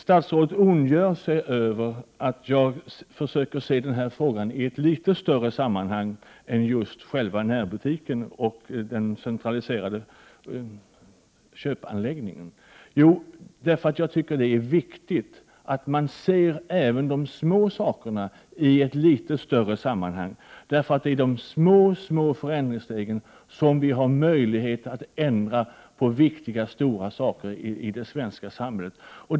Statsrådet ondgör sig över att jag försöker se denna fråga i ett litet större sammanhang än just själva närbutiken och den centraliserade köpanläggningen. Jag tycker att det är viktigt att man ser även de små sakerna i ett litet större sammanhang. Det är genom de små, små förändringsstegen som vi har möjlighet att ändra på viktiga och stora saker i det svenska samhället.